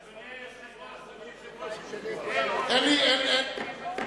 אדוני היושב-ראש, אין מוציאים אלא אם כן מזהירים.